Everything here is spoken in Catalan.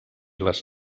les